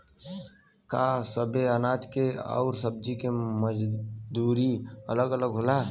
का सबे अनाज के अउर सब्ज़ी के मजदूरी अलग अलग होला?